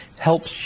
helps